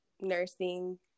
nursing